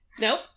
nope